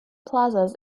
plazas